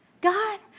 God